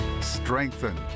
strengthen